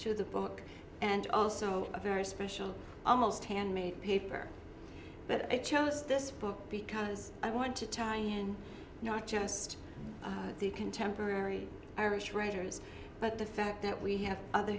to the book and also a very special almost handmade paper but i chose this book because i want to time and not just the contemporary irish writers but the fact that we have other